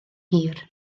hir